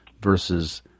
versus